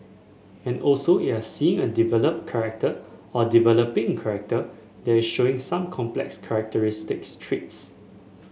and also you're seeing a developed character or a developing character that showing some complex characteristic traits